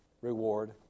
reward